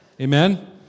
Amen